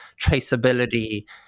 traceability